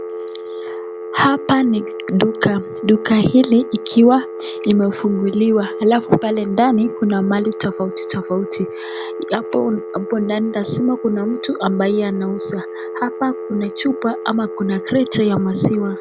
Hapa ni duka ,duka hili ikuwa imefunguliwa alafu pale ndani kuna mahali tofauti tofauti hapo ndani lazima kuna mtu ambaye anauza .Hapa kuna chupa ama crate ya maziwa.